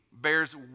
bears